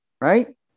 right